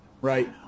right